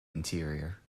interior